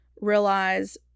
realize